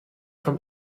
from